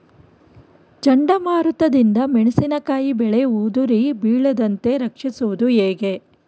ಚಂಡಮಾರುತ ದಿಂದ ಮೆಣಸಿನಕಾಯಿ ಬೆಳೆ ಉದುರಿ ಬೀಳದಂತೆ ರಕ್ಷಿಸುವುದು ಹೇಗೆ?